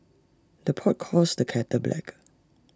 the pot calls the kettle black